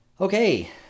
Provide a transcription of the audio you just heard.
Okay